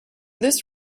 this